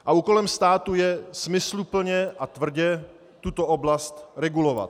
A úkolem státu je smysluplně a tvrdě tuto oblast regulovat.